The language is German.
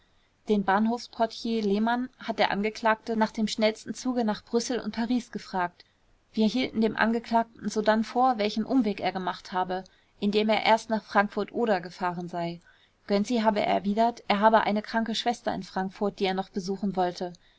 den bahnhofsportier lehmann hat der angeklagte nach dem schnellsten zuge nach brüssel und paris gefragt wir hielten dem angeklagten sodann vor welchen umweg er gemacht habe indem er erst nach frankfurt oder gefahren sei gönczi habe erwidert er habe eine kranke schwester in frankfurt die er noch besuchen wollte